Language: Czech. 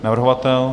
Navrhovatel?